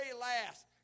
last